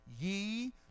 ye